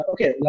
Okay